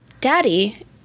Daddy